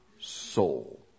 soul